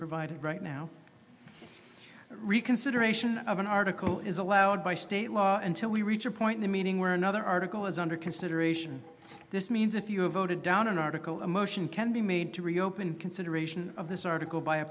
provided right now reconsideration of an article is allowed by state law until we reach a point in the meeting where another article is under consideration this means if you are voted down an article a motion can be made to reopen consideration of this article by a